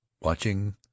watching